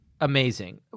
amazing